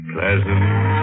Pleasant